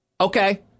Okay